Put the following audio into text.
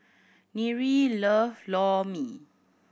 Nyree love Lor Mee